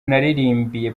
naririmbiye